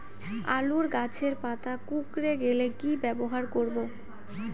আলুর গাছের পাতা কুকরে গেলে কি ব্যবহার করব?